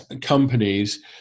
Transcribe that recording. companies